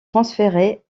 transférée